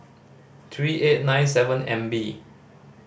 three eight nine seven M B